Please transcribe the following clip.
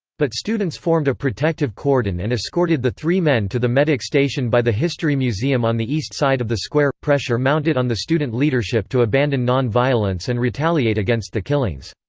but students formed a protective cordon and escorted the three men to the medic station by the history museum on the east side of the square pressure mounted on the student leadership to abandon non-violence and retaliate against the killings.